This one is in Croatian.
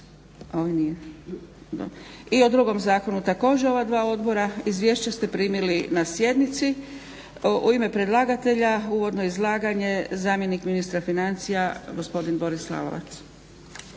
proračun. I o drugom zakonu također ova dva odbora. Izvješće ste primili na sjednici. U ime predlagatelja uvodno izlaganje zamjenik ministra financija gospodin Boris Lalovac.